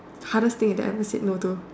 hardest thing that you've ever said no to